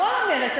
בכל המרץ.